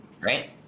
Right